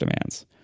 demands